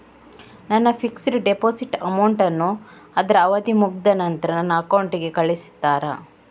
ನನ್ನ fixed deposit amount ಅನ್ನು ಅದ್ರ ಅವಧಿ ಮುಗ್ದ ನಂತ್ರ ನನ್ನ ಅಕೌಂಟ್ ಗೆ ಕಳಿಸ್ತೀರಾ?